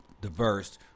diverse